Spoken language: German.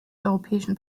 europäischen